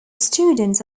students